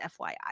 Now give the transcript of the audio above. FYI